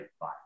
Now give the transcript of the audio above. Bye